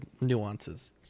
nuances